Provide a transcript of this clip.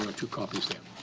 two copies there.